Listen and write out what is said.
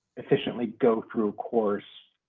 efficiently go through course.